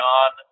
on